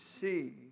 see